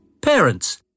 Parents